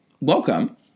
welcome